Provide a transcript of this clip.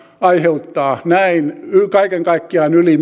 aiheuttaa näin kaiken kaikkiaan yli